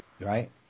Right